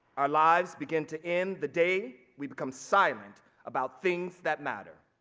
our lives begin to end the day we become silent about things that matter.